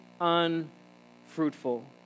unfruitful